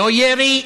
לא ירי,